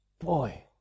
Boy